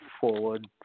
forward